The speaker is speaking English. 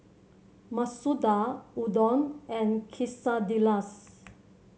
Masoor Dal Udon and Quesadillas